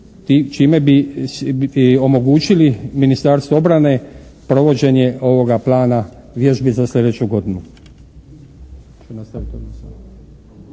čime bi omogućili Ministarstvu obrane provođenje ovoga plana vježbi za sljedeću godinu.